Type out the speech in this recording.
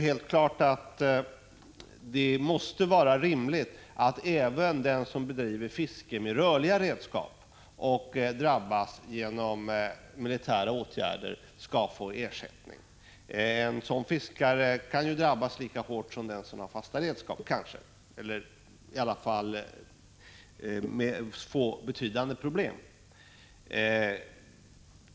Det är rimligt att även den som bedriver fiske med rörliga redskap och drabbas genom militära åtgärder skall få ersättning. Den fiskaren kanske drabbas lika hårt som den som har fasta redskap eller får betydande problem.